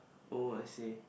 oh I see